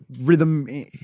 rhythm